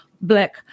black